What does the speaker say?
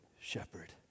shepherd